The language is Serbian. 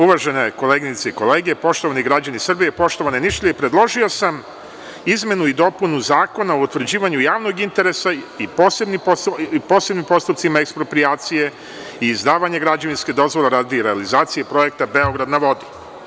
Uvažene koleginice i kolege, poštovani građani Srbije, poštovane Nišlije, predložio sam izmenu i dopunu Zakona o utvrđivanju javnog interesa i posebnim postupcima eksproprijacije i izdavanje građevinske dozvole radi realizacije projekta „Beograd na vodi“